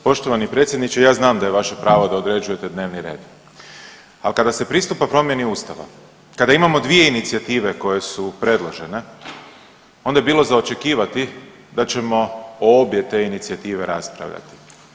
Poštovani predsjedniče, ja znam da je vaše pravo da određujete dnevni red, ali kada se pristupa promjeni Ustava, kada imamo dvije inicijative koje su predložene, onda je bilo za očekivati da ćemo o obje te inicijative raspravljati.